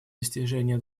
достижение